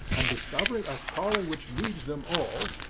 and discovering a calling which needs them all,